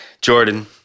Jordan